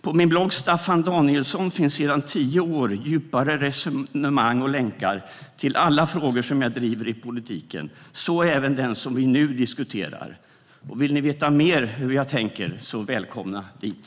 På min blogg Staffan Danielsson finns sedan tio år djupare resonemang och länkar till alla frågor som jag driver i politiken - så även den vi nu diskuterar. Vill ni veta mer om hur jag tänker är ni välkomna dit.